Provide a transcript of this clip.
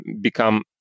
become